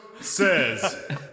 says